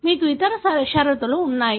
మీకు ఇతర షరతులు ఉన్నాయి